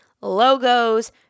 logos